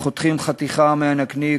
שחותכים חתיכה מהנקניק,